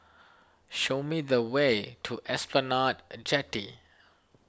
show me the way to Esplanade Jetty